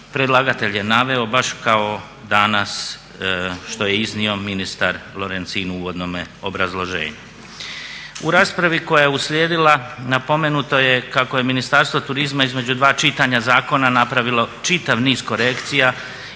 predlagatelj je naveo baš kao danas što je iznio ministar Lorencin u uvodnome obrazloženju. U raspravi koja je uslijedila napomenuto je kako je Ministarstvo turizma između dva čitanja zakona napravilo čitav niz korekcija